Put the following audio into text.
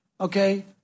Okay